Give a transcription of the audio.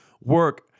work